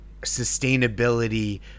sustainability